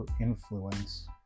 influence